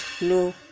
no